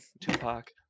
Tupac